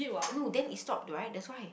no then it stopped right that's why